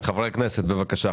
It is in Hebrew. חברי הכנסת, בבקשה.